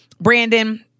Brandon